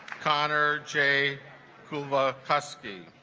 connor j kuma husky